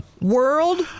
World